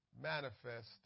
manifest